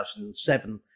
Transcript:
2007